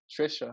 Trisha